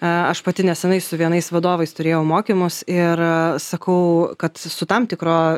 aš pati nesenai su vienais vadovais turėjau mokymus ir sakau kad su tam tikro kaip čia